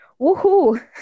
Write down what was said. Woohoo